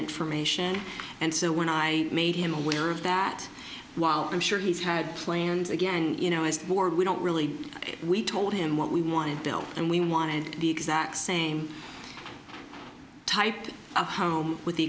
information and so when i made him aware of that while i'm sure he's had plans again you know as more we don't really we told him what we wanted bill and we wanted the exact same type of home with the